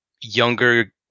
younger